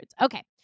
Okay